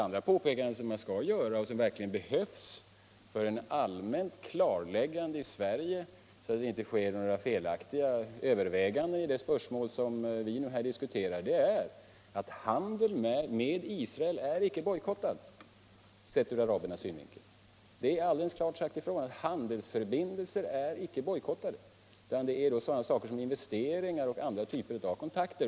Vidare vill jag göra eu påpekande, som verkligen behövs för ett allmänt klarfäggande i Sverigé, så att det inte sker några felaktiga överväganden 1 sådana spörsmål som vi nu diskuterar, och det är att handeln med Israel icke är bojkottad, sett ur arabernas synvinkel. Det är alldeles klart utsagt alt handelsförbindelser icke är bojkottade, utan bojkotten gäller sådana saker som investeringar och andra typer av Kkontakter.